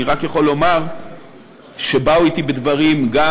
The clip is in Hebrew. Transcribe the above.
אני רק יכול לומר שבאו אתי בדברים גם